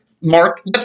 Mark